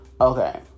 okay